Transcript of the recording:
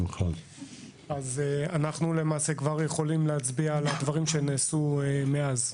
אנחנו יכולים להצביע על הדברים שנעשו מאז.